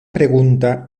pregunta